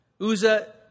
Uzzah